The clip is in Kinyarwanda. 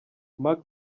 mark